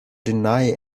deny